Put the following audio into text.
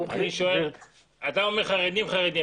אתה אומר חרדים, חרדים.